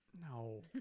No